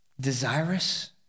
desirous